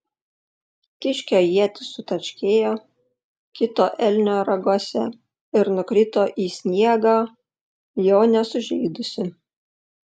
kiškio ietis sutarškėjo kito elnio raguose ir nukrito į sniegą jo nesužeidusi